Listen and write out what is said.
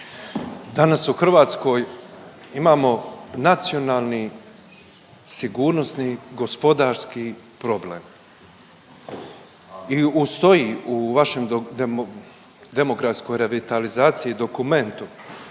Danas u Hrvatskoj imamo nacionalni sigurnosni gospodarski problem i u stoji u vašem .../nerazumljivo/... demografskoj revitalizaciji dokumentu